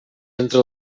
entre